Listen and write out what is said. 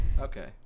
Okay